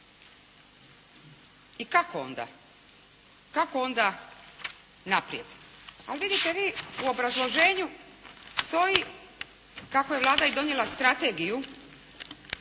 I kako onda naprijed? Ali vidite vi u obrazloženju stoji kako je Vlada i donijela strategiju